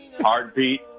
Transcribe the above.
Heartbeat